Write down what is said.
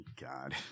God